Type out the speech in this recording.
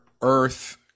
earth